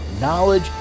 knowledge